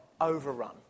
overrun